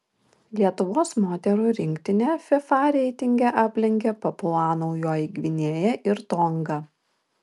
lietuvos moterų rinktinę fifa reitinge aplenkė papua naujoji gvinėja ir tonga